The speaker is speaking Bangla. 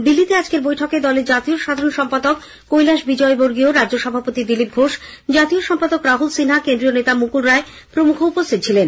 দিল্লিতে আজকের বৈঠকে দলের জাতীয় সাধারণ সম্পাদক কৈলাস বিজয়বর্গীয় রাজ্য সভাপতি দিলীপ ঘোষ আতীয় সম্পাদক রাহুল সিনহা কেন্দ্রীয় নেতা মুকুল রায় প্রমুখ উপস্থিত ছিলেন